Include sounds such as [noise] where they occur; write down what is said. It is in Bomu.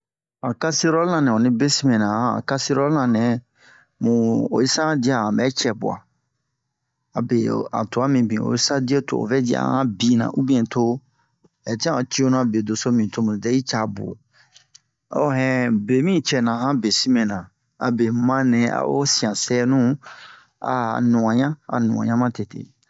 han kaserole-la nɛ onni besin mɛna han a han kaserol-la mu oyi sa han dia a han ɓɛ cɛ bu'a abe ho han tu'a mibin oyi sa dio to o vɛ ji a han binna ubiyɛ to hɛ tin'a o ciyonna be doso mi tomu dɛ'i ca buwo ho hɛn be mi cɛna han besin mɛna abe muma nɛ a'o siyan sɛnu a nu'onɲan a nu'onɲan matete [noise]